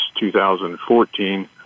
2014